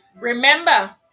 Remember